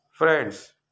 Friends